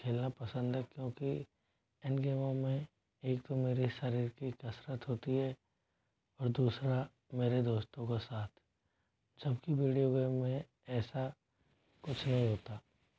खेलना पसंद है क्योंकि इन गेमों में एक तो मेरे शरीर की कसरत होती है और दूसरा मेरे दोस्तों का साथ जब कि वीडियो गेम में ऐसा कुछ नहीं होता